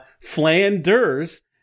Flanders